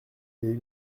les